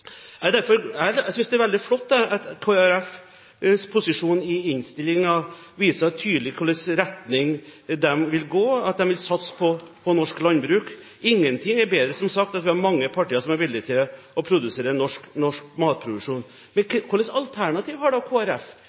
Jeg synes det er veldig flott at Kristelig Folkepartis posisjon i innstillingen viser tydelig i hvilken retning de vil gå, at de vil satse på norsk landbruk. Ingenting er bedre, som sagt, enn at vi har mange partier som er villige til å produsere norsk mat. Hvilke alternativ har